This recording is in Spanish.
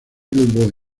boy